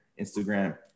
Instagram